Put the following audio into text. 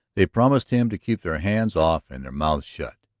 they promised him to keep their hands off and their mouths shut.